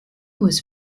was